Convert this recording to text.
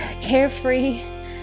carefree